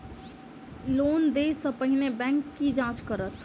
Loan देय सा पहिने बैंक की जाँच करत?